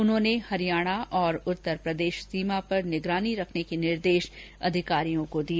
उन्होंने हरियाणा और उत्तरप्रदेश सीमा पर निगरानी रखने के निर्देश अधिकारियों को दिए